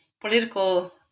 political